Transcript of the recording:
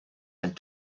and